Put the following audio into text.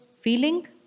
feeling